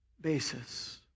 basis